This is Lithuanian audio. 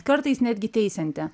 kartais netgi teisianti